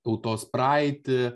tautos praeitį